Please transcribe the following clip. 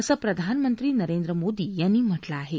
असं प्रधानमंत्री नरेंद्र मोदी यांनी म्हटलं आहा